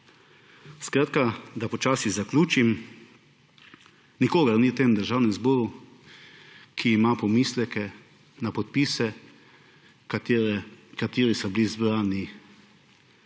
Skratka, da počasi zaključim. Nikogar ni v tem državnem zboru, ki ima pomisleke na podpise, kateri so bili zbrani